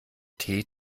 tee